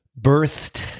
birthed